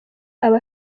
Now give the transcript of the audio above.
aba